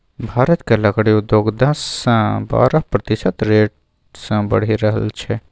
भारतक लकड़ी उद्योग दस सँ बारह प्रतिशत रेट सँ बढ़ि रहल छै